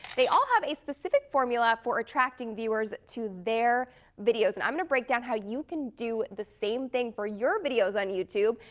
they all have a specific formula for attracting viewers to their videos and i'm going to break down how you can do the same thing for your videos on youtube,